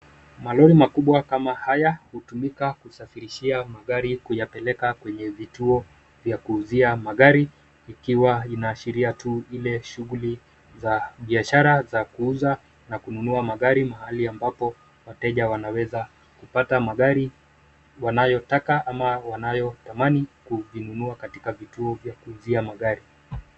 Malori makubwa kama haya hutumika kusafirishia magari kuyapeleka kwenye vituo vya kuuzia magari, ikiwa inaashiria tu ile shughuli za biashara za kuuza na kununua magari mahali ambapo wateja wanaweza kupata magari wanayotaka ama wanayotamani kuvinunua katika vituo ya kuuzia magari.